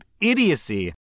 idiocy